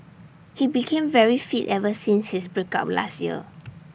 he became very fit ever since his break up last year